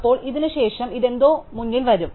അപ്പോൾ ഇതിനുശേഷം ഇത് എന്തോ മുന്നിൽ വരും